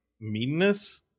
meanness